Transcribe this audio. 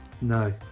No